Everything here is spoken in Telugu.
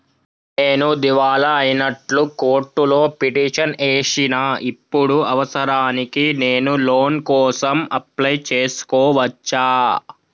నేను దివాలా అయినట్లు కోర్టులో పిటిషన్ ఏశిన ఇప్పుడు అవసరానికి నేను లోన్ కోసం అప్లయ్ చేస్కోవచ్చా?